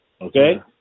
Okay